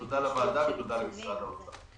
תודה לוועדה ותודה למשרד האוצר.